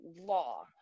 law